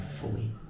fully